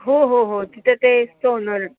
हो हो हो तिथं ते सोनं